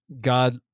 God